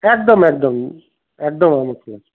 একদম একদম একদম অবশ্যই